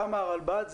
קמה הרלב"ד,